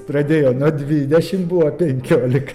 pradėjo nuo dvidešimt buvo penkiolika